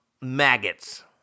maggots